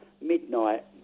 midnight